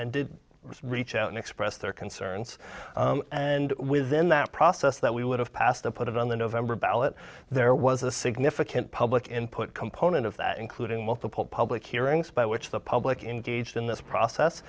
and did reach out and express their concerns and within that process that we would have passed and put it on the november ballot there was a significant public input component of that including multiple public hearings by which the public engagement in this process